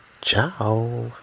Ciao